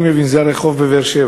אני מבין שזה שם הרחוב בבאר-שבע.